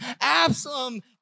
Absalom